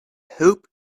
hoped